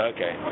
Okay